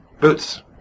Boots